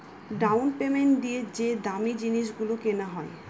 down payment দিয়ে যে দামী জিনিস গুলো কেনা হয়